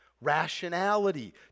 Rationality